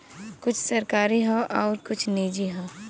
कुछ सरकारी हौ आउर कुछ निजी हौ